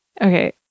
Okay